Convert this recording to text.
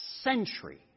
century